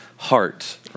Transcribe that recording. heart